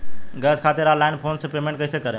Gas खातिर online phone से payment कैसे करेम?